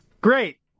Great